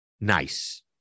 nice